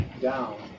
down